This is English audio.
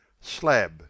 Slab